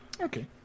Okay